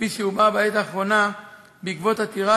כפי שהובאה בעת האחרונה בעקבות עתירה